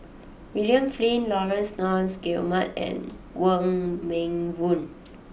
William Flint Laurence Nunns Guillemard and Wong Meng Voon